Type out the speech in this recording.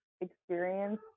experience